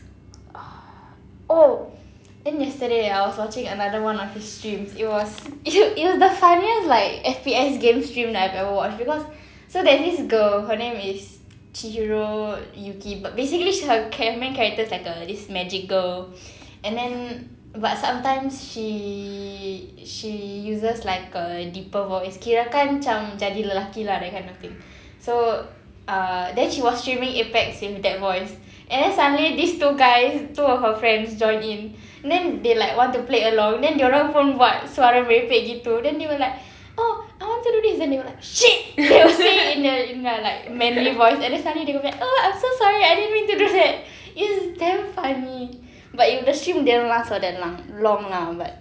uh oh then yesterday I was watching another one of his streams it was it was the funniest like F_P_S games stream that I've ever watched because so there's this girl her name is chihiro yuki but basically she's her cha~ main character is like uh this magic girl and then but sometimes she she uses like a deeper voice kirakan macam jadi lelaki lah that kind of thing so uh then she was streaming Apex with that voice and then suddenly these two guys two of her friends join in then they like want to play along then dorang pun buat suara merepek gitu then they were like oh I want to do this then they were like shit they were saying it in the in the like manly voice and then suddenly they go back oh I'm so sorry I didn't mean to do that it's damn funny but if they stream didn't last for that long long lah but